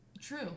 True